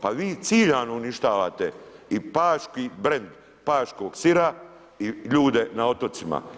Pa vi ciljano uništavate i paški brend paškog sira i ljude na otocima.